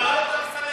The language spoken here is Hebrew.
למה אתה מסלף?